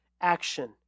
action